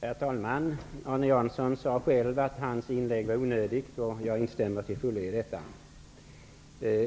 Herr talman! Arne Jansson sade själv att hans inlägg var onödigt, och jag instämmer till fullo i detta.